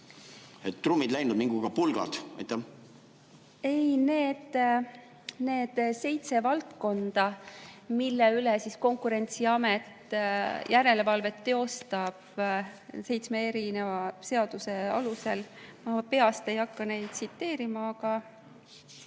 Trummid läinud, mingu ka pulgad. On seitse valdkonda, mille üle Konkurentsiamet järelevalvet teostab seitsme erineva seaduse alusel. Ma peast ei hakka tsiteerima, aga